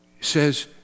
says